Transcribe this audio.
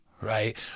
Right